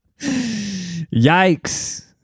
Yikes